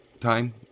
time